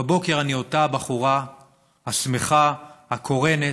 בבוקר אני אותה הבחורה השמחה, הקורנת,